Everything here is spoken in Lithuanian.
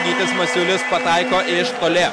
gytis masiulis pataiko iš toli